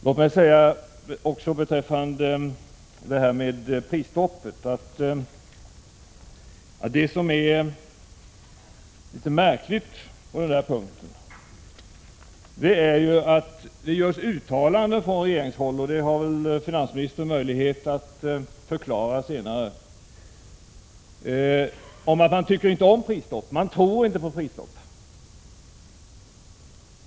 Låt mig också säga beträffande prisstoppet att det märkliga på denna punkt är att det görs uttalanden från regeringshåll — detta har finansministern möjlighet att förklara senare — om att man inte tycker om prisstopp. Man tror inte på prisstopp.